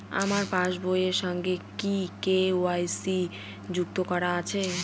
আমার পাসবই এর সঙ্গে কি কে.ওয়াই.সি যুক্ত করা আছে?